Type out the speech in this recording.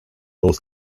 both